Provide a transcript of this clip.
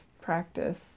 practice